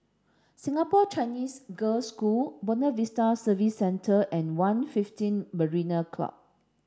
Singapore Chinese Girls' School Buona Vista Service Centre and One fifteen Marina Club